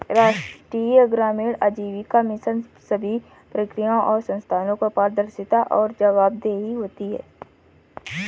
राष्ट्रीय ग्रामीण आजीविका मिशन सभी प्रक्रियाओं और संस्थानों की पारदर्शिता और जवाबदेही होती है